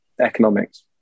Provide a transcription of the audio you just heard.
Economics